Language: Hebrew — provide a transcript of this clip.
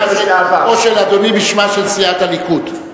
בשמה של סיעת הליכוד?